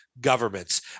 governments